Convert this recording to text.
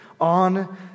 on